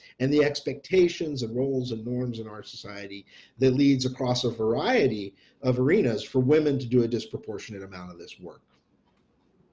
and the expectations and rules and norms in our society that leads across a variety of arenas for women to do a disproportionate amount of this work